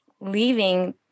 leaving